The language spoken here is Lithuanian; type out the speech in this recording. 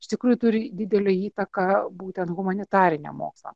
iš tikrųjų turi didelę įtaką būtent humanitariniam mokslam